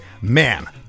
man